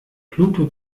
pluto